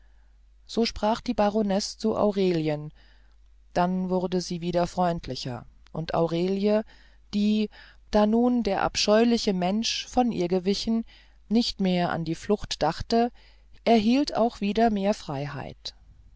so sprach die baronesse zu aurelien dann wurde sie wieder freundlicher und aurelie die da nun der abscheuliche mensch von ihr gewichen nicht mehr an die flucht dachte erhielt auch wieder mehr freiheit